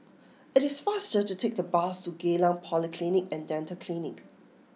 it is faster to take the bus to Geylang Polyclinic and Dental Clinic